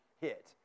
hit